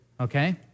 okay